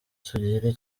tugira